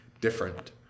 different